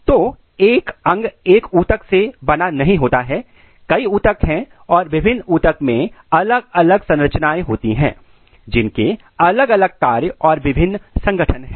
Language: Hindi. तो एक अंग एक ऊतक से बना नहीं होता है कई ऊतक हैं और विभिन्न ऊतक में अलग अलग संरचनाएं होती हैं जिनके अलग अलग कार्य और विभिन्न संगठन हैं